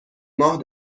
ماه